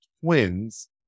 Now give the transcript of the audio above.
twins